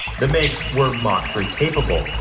the mig's were mach three capable,